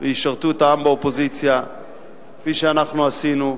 וישרתו את העם באופוזיציה כפי שאנחנו עשינו,